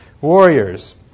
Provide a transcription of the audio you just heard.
warriors